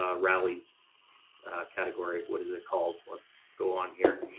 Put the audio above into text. ah rallies category, what is it called? let's go on here.